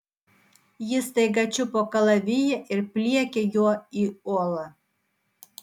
ji staiga čiupo kalaviją ir pliekė juo į uolą